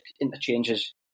interchanges